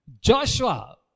Joshua